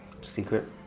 Secret